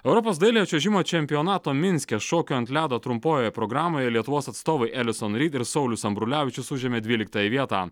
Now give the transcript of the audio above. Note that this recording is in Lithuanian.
europos dailiojo čiuožimo čempionato minske šokių ant ledo trumpojoje programoje lietuvos atstovai elison ryd ir saulius ambrulevičius užėmė dvyliktą vietą